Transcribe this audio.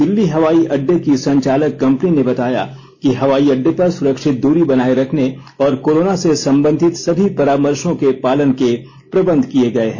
दिल्ली हवाई अड्डे की संचालक कम्पनी ने बताया है कि हवाई अड्डे पर सुरक्षित दूरी बनाए रखने और कोरोना से संबंधित सभी परामर्शों के पालन के प्रबंध किये गये है